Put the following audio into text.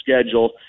schedule